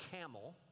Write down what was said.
camel